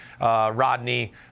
Rodney